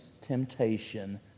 temptation